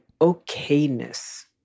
okayness